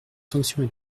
sanctions